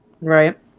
Right